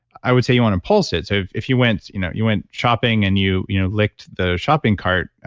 i would say you want to pulse it. so if you went you know you went shopping and you you know licked the shopping cart,